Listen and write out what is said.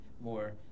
more